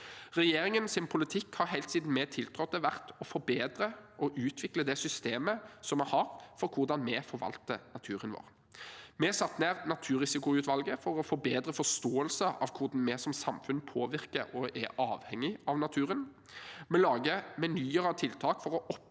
Regjeringens politikk har helt siden vi tiltrådte, vært å forbedre og utvikle det systemet vi har for hvordan vi forvalter naturen vår. Vi har satt ned naturrisikoutvalget for å få bedre forståelse av hvordan vi som samfunn påvirker og er avhengig av naturen. Vi lager menyer av tiltak for å